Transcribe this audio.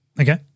Okay